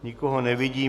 Nikoho nevidím.